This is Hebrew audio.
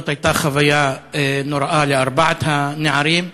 זאת הייתה חוויה נוראה לארבעת הנערים.